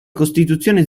costituzione